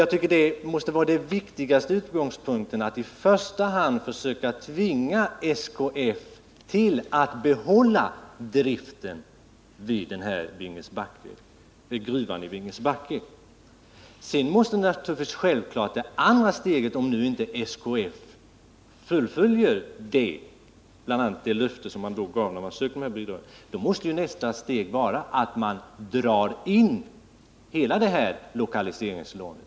Jag tycker att utgångspunkten måste vara att i första hand försöka tvinga SKF att behålla driften vid gruvan i Vingesbacke. Om SKF inte gör det, dvs. inte uppfyller det löfte företaget gav vid ansökan om bidrag, måste nästa steg självfallet vara att dra in hela lokaliseringslånet.